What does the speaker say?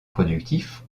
productif